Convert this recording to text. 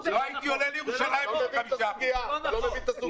לא הייתי עולה לירושלים בשביל 5%. אתה לא מבין את הסוגיה.